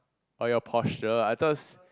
oh your posture I thought